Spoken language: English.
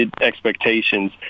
expectations